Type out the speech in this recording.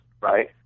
right